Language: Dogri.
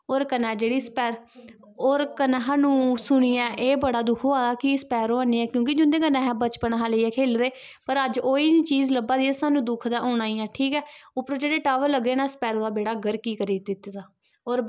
होर कन्नै जेह्ड़ी स्पै होर कन्नै सानूं सुनियै एह् बड़ा दुख होआ दा कि स्पैरो हैनी ऐ क्योंकि जुन्दे कन्नै अस बचपन हा लेइयै खेले दे पर अज्ज ओह् ही निं चीज लब्भा दी ऐ सानूं दुख ते होना ही ऐ ठीक ऐ उप्परो जेह्ड़े टावर लग्गे दे न स्पैरो दा बेड़ा गर्क ही करी दित्ते दा होर ब